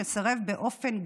שסירב באופן גורף.